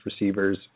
receivers